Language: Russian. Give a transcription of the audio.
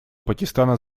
пакистана